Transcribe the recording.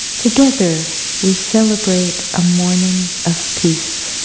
together we celebrate a morning of peace.